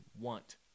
want